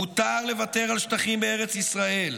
מותר לוותר על שטחים בארץ ישראל.